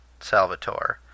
Salvatore